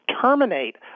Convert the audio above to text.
terminate